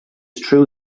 true